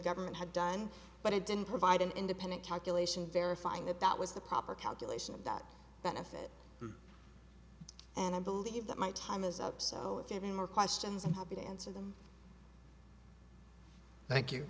government had done but it didn't provide an independent calculation verifying that that was the proper calculation of that benefit and i believe that my time is up so if you have any more questions i'm happy to answer them thank you